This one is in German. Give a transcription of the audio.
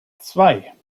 zwei